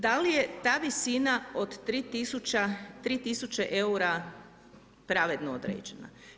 Da li je ta visina od 3000 eura pravedno određena?